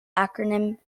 acronym